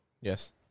Yes